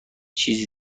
چیز